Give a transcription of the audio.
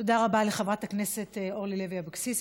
תודה רבה לחברת הכנסת אורלי לוי אבקסיס,